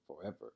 forever